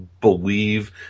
believe